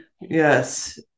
Yes